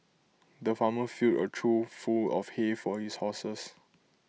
the farmer filled A trough full of hay for his horses